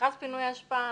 מכרז פינוי אשפה,